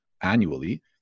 annually